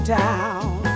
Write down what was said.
town